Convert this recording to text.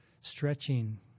stretching